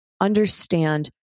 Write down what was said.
understand